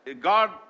God